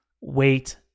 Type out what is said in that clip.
wait